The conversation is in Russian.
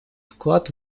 вклад